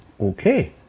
Okay